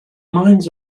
mines